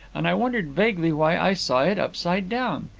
and i wondered vaguely why i saw it upside down.